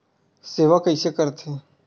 सेवा कइसे करथे?